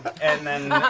and then